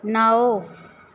नौ